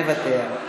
מוותר,